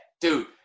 Dude